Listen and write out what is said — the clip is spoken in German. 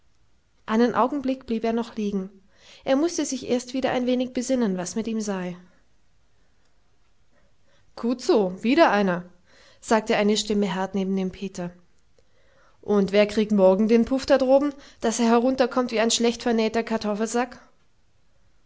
einen augenblick blieb er noch liegen er mußte sich erst wieder ein wenig besinnen was mit ihm sei gut so wieder einer sagte eine stimme hart neben dem peter und wer kriegt morgen den puff da droben daß er herunterkommt wie ein schlechtvernähter kartoffelsack